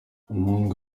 umuhungu